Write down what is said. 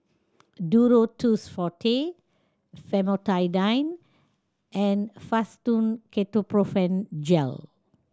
Duro Tuss Forte Famotidine and Fastum Ketoprofen Gel